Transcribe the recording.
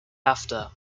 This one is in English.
after